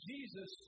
Jesus